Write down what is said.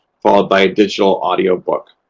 followed by digital audio book.